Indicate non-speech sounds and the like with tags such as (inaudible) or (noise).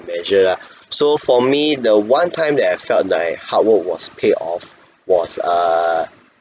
measure ah (breath) so for me the one time that I felt my hard work was paid off was err